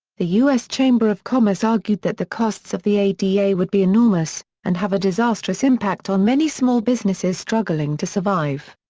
the us chamber of commerce argued that the costs of the ada would be enormous and have a disastrous impact on many small businesses struggling to survive.